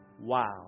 Wow